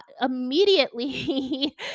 immediately